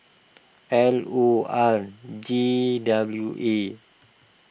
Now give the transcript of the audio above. L O R J W A